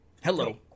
Hello